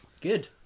Good